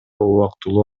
убактылуу